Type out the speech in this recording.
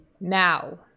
Now